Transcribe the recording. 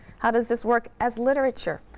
how does this work as literature?